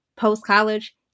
post-college